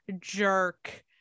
jerk